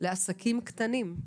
לעסקים קטנים,